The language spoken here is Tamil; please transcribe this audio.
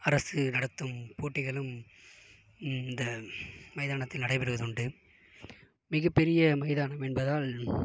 அரசு நடத்தும் போட்டிகளும் இந்த மைதானத்தில் நடைபெறுவது உண்டு மிக பெரிய மைதானம் என்பதால்